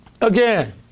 Again